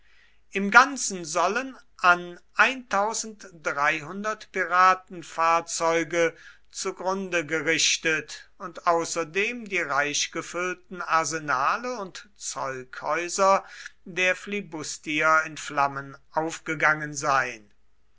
im ganzen sollen an piraten fahrzeuge zugrunde gerichtet und außerdem die reichgefüllten arsenale und zeughäuser der flibustier in flammen aufgegangen sein